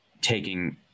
taking